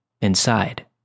Inside